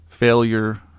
Failure